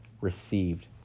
received